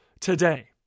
today